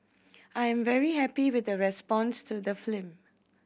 I am very happy with the response to the flim